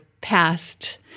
past